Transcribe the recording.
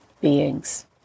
beings